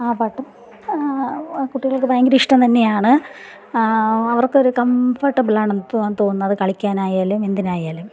ആ പാട്ടും കുട്ടികൾക്ക് ഭയങ്കര ഇഷ്ടംതന്നെയാണ് അവർക്കൊരു കംഫർട്ടബിൾ ആണെന്ന് ഇപ്പോൾ തോന്നുന്നു അത് കളിക്കാനായാലും എന്തിനായാലും